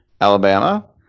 Alabama